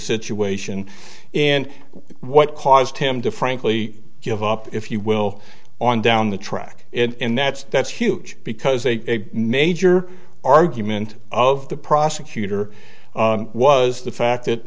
situation and what caused him to frankly give up if you will on down the track and that's that's huge because a major argument of the prosecutor was the fact that